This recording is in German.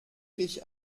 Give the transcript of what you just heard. ich